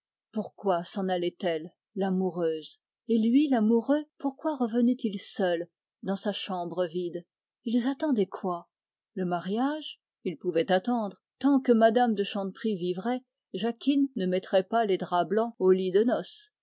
pourquoi s'en allait-elle l'amoureuse et lui l'amoureux pourquoi revenait-il seul dans sa chambre vide ils attendaient quoi le mariage ils pouvaient attendre tant que m me angélique vivrait jacquine ne mettrait pas les draps blancs au lit de noces